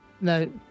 No